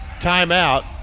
timeout